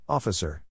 Officer